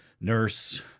nurse